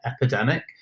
epidemic